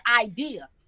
idea